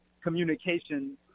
communication